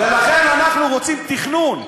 ולכן אנחנו רוצים תכנון.